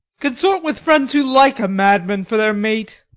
consort with friends who like a madman for their mate.